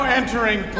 entering